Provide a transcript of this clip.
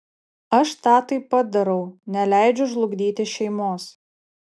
aš tą taip pat darau neleidžiu žlugdyti šeimos